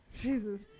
Jesus